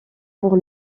pour